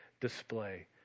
display